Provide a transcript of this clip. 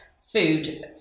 food